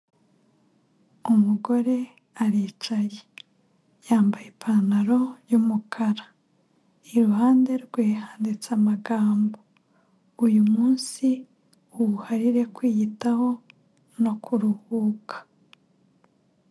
Umugore aricaye yambaye ipantaro yumukara iruhande rwe handitse amagambo, uyu munsi uwuharire kwiyitaho no kuruhuka.